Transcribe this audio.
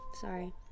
sorry